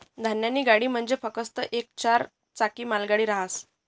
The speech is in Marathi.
धान्यनी गाडी म्हंजी फकस्त येक चार चाकी मालगाडी रहास